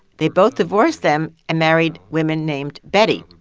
they both divorced them and married women named betty.